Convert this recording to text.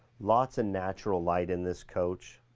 lots of natural light in this coach.